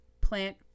plant